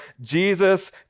Jesus